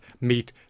meet